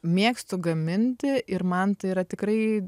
mėgstu gaminti ir man tai yra tikrai